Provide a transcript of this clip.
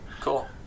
cool